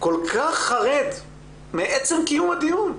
כל כך חרד מעצם קיום הדיון,